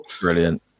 Brilliant